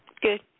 Good